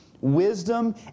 wisdom